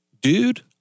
Dude